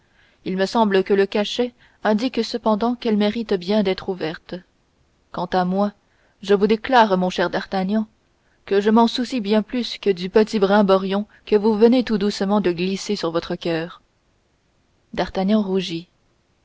il me semble que le cachet indique cependant qu'elle mérite bien d'être ouverte quant à moi je vous déclare mon cher d'artagnan que je m'en soucie bien plus que du petit brimborion que vous venez tout doucement de glisser sur votre coeur d'artagnan rougit